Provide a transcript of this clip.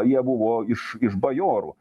jie buvo iš iš bajorų